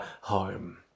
home